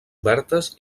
obertes